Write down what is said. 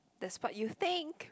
that's part you think